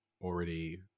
already